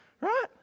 right